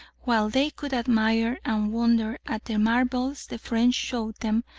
while they could admire and wonder at the marvels the french showed them,